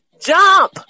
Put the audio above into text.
Jump